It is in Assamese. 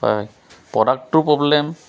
হয় প্ৰডাক্টটো প্ৰব্লেম